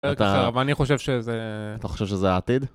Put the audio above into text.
אתה... אבל אני חושב שזה... אתה חושב שזה העתיד?